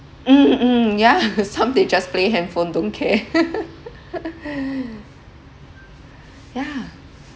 mm mm yeah some they just play handphone don't care yeah